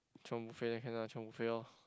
chiong buffet can lah chiong buffet lor